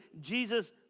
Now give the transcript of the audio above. Jesus